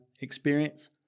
experience